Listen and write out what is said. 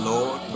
Lord